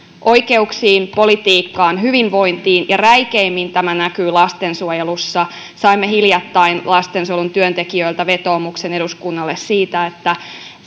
oikeuksiin politiikkaan hyvinvointiin ja räikeimmin tämä näkyy lastensuojelussa saimme hiljattain lastensuojelun työntekijöiltä vetoomuksen eduskunnalle siitä että